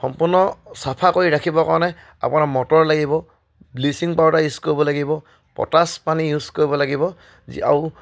সম্পূৰ্ণ চাফা কৰি ৰাখিবৰ কাৰণে আপোনাৰ মটৰ লাগিব ব্লিচিং পাউডাৰ ইউজ কৰিব লাগিব পটাছ পানী ইউজ কৰিব লাগিব আৰু